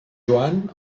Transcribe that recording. joan